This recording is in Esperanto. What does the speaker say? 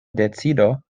decido